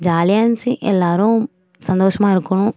ஜாலியாக இருந்துச்சு எல்லாரும் சந்தோஷமாக இருக்கணும்